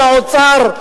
עם האוצר,